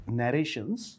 narrations